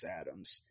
Adams